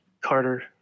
Carter